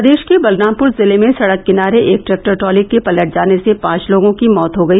प्रदेश के बलरामपुर जिले में सड़क किनारे एक ट्रैक्टर ट्रॉली के पलट जाने से पांच लोगों की मौत हो गई